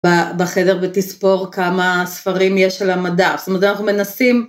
בחדר ותספור כמה ספרים יש על המדף, זאת אומרת אנחנו מנסים..